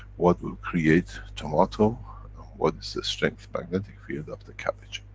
what will create tomato and what is the strength, magnetic field, of the cabbage?